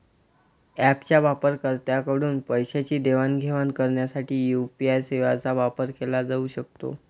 ऍपच्या वापरकर्त्यांकडून पैशांची देवाणघेवाण करण्यासाठी यू.पी.आय सेवांचा वापर केला जाऊ शकतो